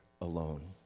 alone